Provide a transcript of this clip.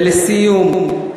ולסיום,